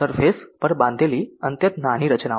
surface પર બાંધેલી અત્યંત નાની રચનાઓ છે